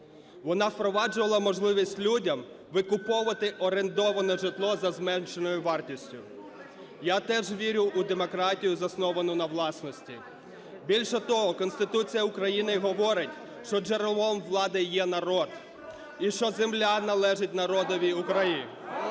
Вона впроваджувала можливість людям викуповувати орендоване житло за зменшеною вартістю. Я теж вірю у демократію, засновану на власності. Більше того, Конституція України говорить, що джерелом влади є народ і що земля належить народові України.